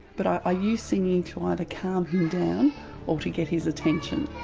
but i use singing to either calm him down or to get his attention.